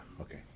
okay